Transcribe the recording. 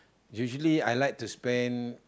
usually I like to spend